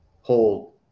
hold